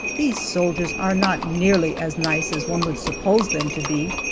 these soldiers are not nearly as nice as one would suppose them to be,